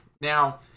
Now